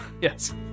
Yes